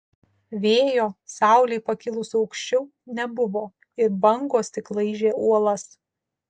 vėjo saulei pakilus aukščiau nebuvo ir bangos tik laižė uolas